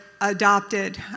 adopted